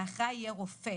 האחראי יהיה רופא,